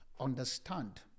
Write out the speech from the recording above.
Understand